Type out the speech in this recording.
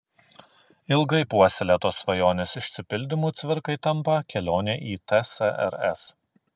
ilgai puoselėtos svajonės išsipildymu cvirkai tampa kelionė į tsrs